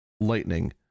lightning